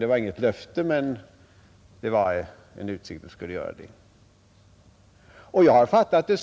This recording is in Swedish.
Det var inget löfte, men det var något som ställdes i utsikt.